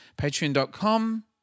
Patreon.com